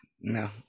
no